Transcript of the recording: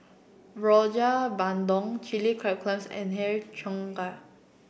Rojak Bandung Chilli and Har Cheong Gai